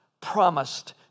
promised